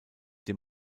dem